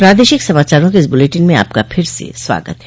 प्रादेशिक समाचारों के इस बुलेटिन में आपका फिर से स्वागत है